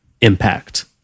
impact